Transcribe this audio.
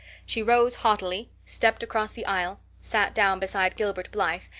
she rose haughtily, stepped across the aisle, sat down beside gilbert blythe,